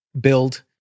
build